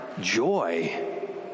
joy